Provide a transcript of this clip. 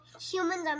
Humans